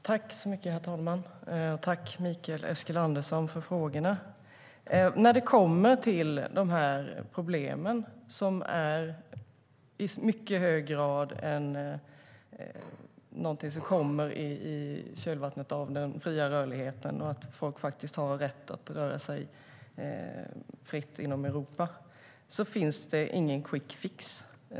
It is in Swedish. Herr talman! Tack, Mikael Eskilandersson, för frågorna! Det här problemet är något som i hög grad kommit i kölvattnet av den fria rörligheten. Folk har faktiskt rätt att röra sig fritt inom Europa, och det finns ingen quick fix.